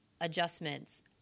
adjustments